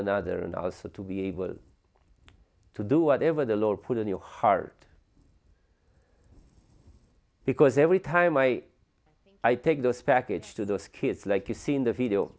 another and also to be able to do whatever the lord put in your heart because every time i i take those package to those kids like you seen the